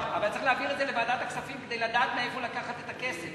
אבל צריך להעביר את זה לוועדת הכספים כדי לדעת מאיפה לקחת את הכסף.